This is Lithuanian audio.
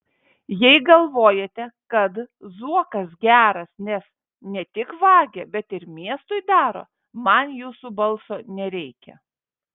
jei galvojate kad zuokas geras nes ne tik vagia bet ir miestui daro man jūsų balso nereikia